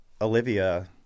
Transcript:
Olivia